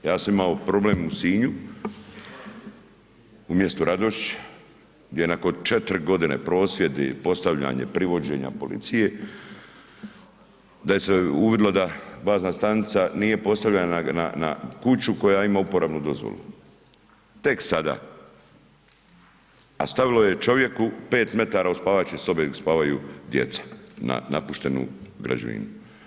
Ja sam imao problem u Sinju, u mjestu Radošić gdje nakon 4.g. prosvjedi, postavljanje, privođenja policije, da je se uvidilo da bazna stanica nije postavljena na kuću koja ima uporabnu dozvolu, tek sada, a stavilo je čovjeku 5m od spavaće sobe gdje spavaju djeca, na napuštenu građevinu.